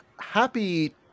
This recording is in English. happy